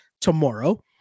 tomorrow